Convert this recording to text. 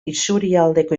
isurialdeko